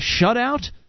shutout